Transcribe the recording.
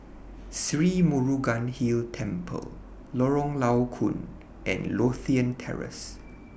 Sri Murugan Hill Temple Lorong Low Koon and Lothian Terrace